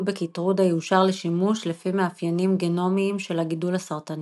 בקיטרודה יאושר לשימוש לפי מאפיינים גנומיים של הגידול הסרטני.